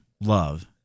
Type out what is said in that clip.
love